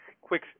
quick